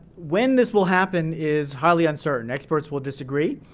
when this will happen is highly uncertain, experts will disagree.